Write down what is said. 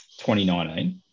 2019